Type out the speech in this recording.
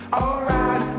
alright